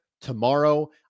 tomorrow